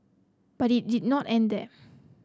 but it did not end there